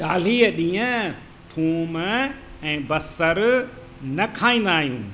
चालीह ॾींहं थूम ऐं बसरु न खाईंदा आहियूं